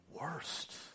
worst